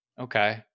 Okay